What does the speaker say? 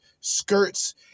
skirts